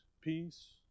peace